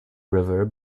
river